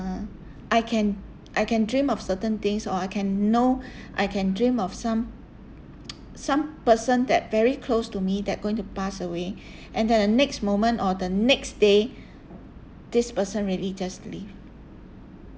um I can I can dream of certain things or I can know I can dream of some some person that very close to me that going to pass away and then the next moment or the next day this person really just leave